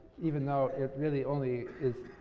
even though it really only is